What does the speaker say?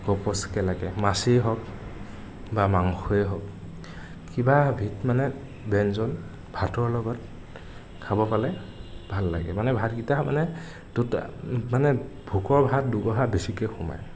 গপচকে লাগে মাছেই হওক বা মাংসই হওক কিবা এবিধ মানে ব্য়ঞ্জন ভাতৰ লগত খাব পালে ভাল লাগে মানে ভাতকেইটা মানে দুটা মানে ভোকৰ ভাত দুগৰাহ বেছিকে সোমায়